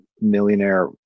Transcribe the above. millionaire